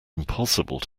impossible